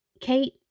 Kate